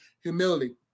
humility